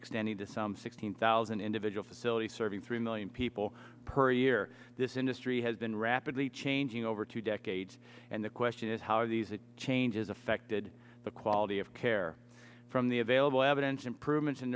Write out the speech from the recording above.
extending to some sixteen thousand individual facilities serving three million people per year this industry has been rapidly changing over two decades and the question is how are these changes affected the quality of care from the available evidence improvements in